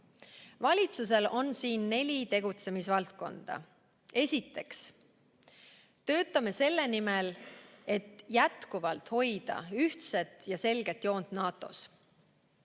Valitsusel on siin neli tegutsemisvaldkonda. Esiteks, töötame selle nimel, et jätkuvalt hoida ühtset ja selget joont NATO‑s.